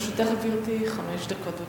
לרשותך, גברתי, חמש דקות.